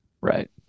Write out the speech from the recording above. Right